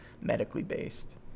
medically-based